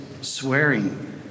swearing